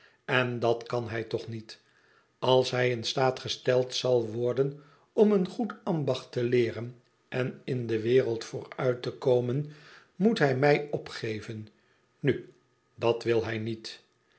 en dat kan hij toch niet als hij in staat gesteld zal worden om een goed ambacht te leeren en in de wereld vooruit te komen moet hij mij opgeven nu dat vnl hij niet